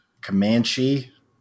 Comanche